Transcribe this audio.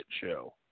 show